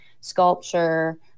sculpture